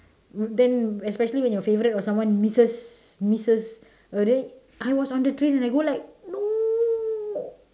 then especially when your favourite or someone misses misses I was on the train and I go like no